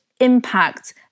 impact